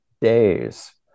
days